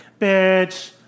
Bitch